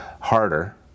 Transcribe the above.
harder